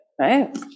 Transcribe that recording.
right